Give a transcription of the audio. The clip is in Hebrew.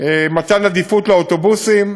מתן עדיפות לאוטובוסים.